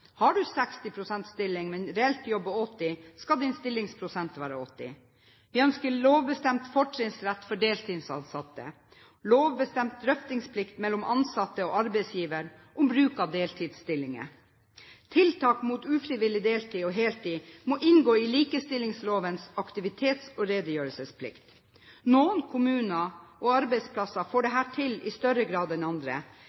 Har du 60 pst. stilling, men jobber 80 pst. reelt, skal din stillingsprosent være 80 pst. Vi ønsker lovbestemt fortrinnsrett for deltidsansatte, lovbestemt drøftingsplikt mellom ansatte og arbeidsgiver om bruk av deltidsstillinger, og tiltak mot ufrivillig deltid og for heltid må inngå i likestillingslovens aktivitets- og redegjørelsesplikt. Noen kommuner og arbeidsplasser får